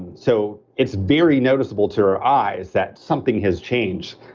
and so it's very noticeable to our eyes that something has changed.